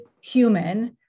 human